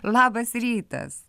labas rytas